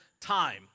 time